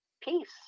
peace